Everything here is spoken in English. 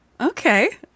Okay